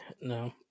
No